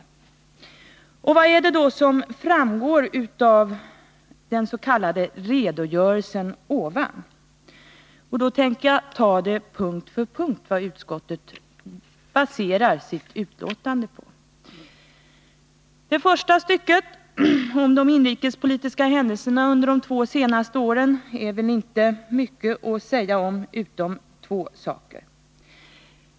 Vad är det då som framgår av den s.k. redogörelsen ovan? Jag tänker punkt för punkt ta upp vad utskottet baserar sitt utlåtande på. Det första stycket, om de inrikespolitiska händelserna under de två senaste åren, är det väl inte mycket att säga om, förutom två saker.